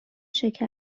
شکر